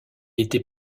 était